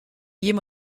jim